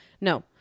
no